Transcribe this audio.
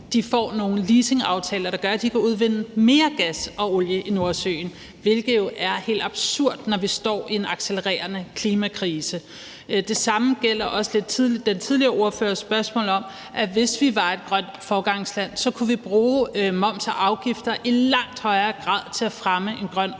får nogle leasingaftaler, der gør, at de kan udvinde mere gas og olie i Nordsøen, hvilket jo er helt absurd, når vi står i en accelererende klimakrise. Det samme gælder lidt den tidligere ordførers spørgsmål om, at hvis vi var et grønt foregangsland, kunne vi bruge moms og afgifter i langt højere grad til at fremme en grøn omstilling.